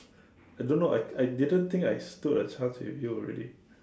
I don't know I I didn't think I stood a chance with you already